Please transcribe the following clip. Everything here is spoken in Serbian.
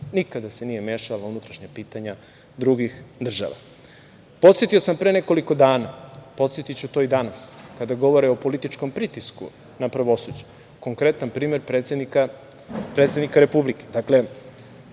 Nikada se nije mešala u unutrašnja pitanja drugih država. Podsetio sam pre nekoliko dana, podsetiću to i danas. Kada govore o političkom pritisku na pravosuđe, konkretan primer predsednika Republike.